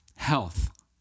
Health